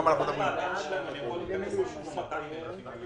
כמה הוגשו במקור.